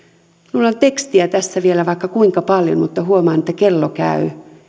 minulla on tekstiä tässä vielä vaikka kuinka paljon mutta huomaan että kello käy